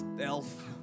Elf